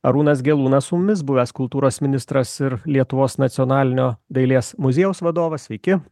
arūnas gelūnas su mumis buvęs kultūros ministras ir lietuvos nacionalinio dailės muziejaus vadovas sveiki